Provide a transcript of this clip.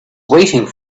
waiting